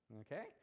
okay